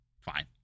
fine